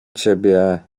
ciebie